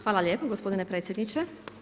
Hvala lijepo gospodine predsjedniče.